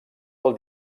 del